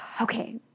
Okay